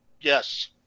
Yes